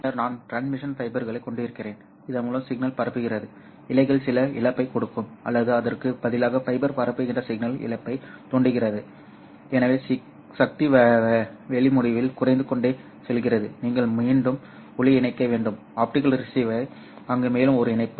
பின்னர் நான் டிரான்ஸ்மிஷன் ஃபைபர்களைக் கொண்டிருக்கிறேன் இதன் மூலம் சிக்னல் பரப்புகிறது இழைகள் சில இழப்பைக் கொடுக்கும் அல்லது அதற்கு பதிலாக ஃபைபர் பரப்புகின்ற சிக்னலில் இழப்பைத் தூண்டுகிறது எனவே சக்தி வெளி முடிவில் குறைந்து கொண்டே செல்கிறது நீங்கள் மீண்டும் ஒளியை இணைக்க வேண்டும் ஆப்டிகல் ரிசீவர் அங்கு மேலும் ஒரு இணைப்பு